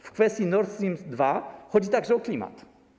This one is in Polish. W kwestii Nord Stream 2 chodzi także o klimat.